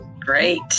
great